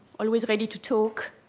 always ready to talk,